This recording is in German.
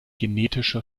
genetische